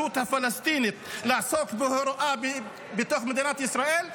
הפלסטינית לעסוק בהוראה בתוך מדינת ישראל,